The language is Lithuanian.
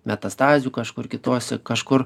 metastazių kažkur kituose kažkur